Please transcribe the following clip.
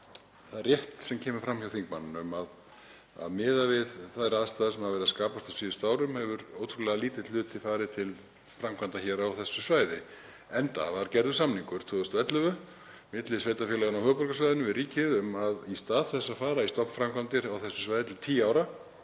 það er rétt sem kemur fram hjá þingmanninum að miðað við þær aðstæður sem hafa skapast á síðustu árum hefur ótrúlega lítill hluti farið til framkvæmda hér á þessu svæði, enda var gerður samningur 2011 milli sveitarfélaganna á höfuðborgarsvæðinu við ríkið um að í stað þess að fara í stofnframkvæmdir á þessu svæði til 10 ára,